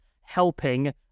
helping